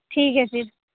ٹھیک ہے پھر